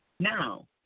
Now